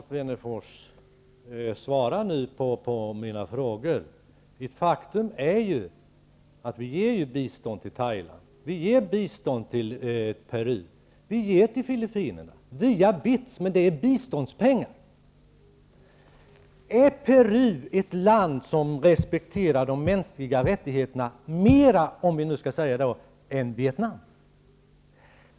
Fru talman! Svara nu på mina frågor, Alf Wennerfors! Det är ett faktum att vi ger bistånd till Thailand, till Peru och till Filippinerna, visserligen via BITS, men det är biståndspengar. Är Peru ett land som respekterar de mänskliga rättigheterna mer än Vietnam?